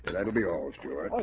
that'll be all stewart.